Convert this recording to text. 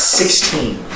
sixteen